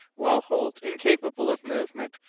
while holt, incapable of movement,